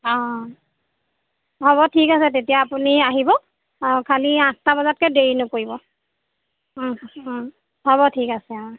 অঁ হ'ব ঠিক আছে তেতিয়া আপুনি আহিব অঁ খালি আঠটা বজাতকৈ দেৰি নকৰিব হ'ব ঠিক আছে অঁ